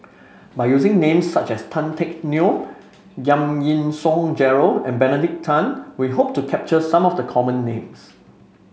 by using names such as Tan Teck Neo Giam Yean Song Gerald and Benedict Tan we hope to capture some of the common names